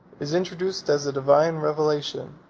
is introduced as a divine revelation,